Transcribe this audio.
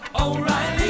O'Reilly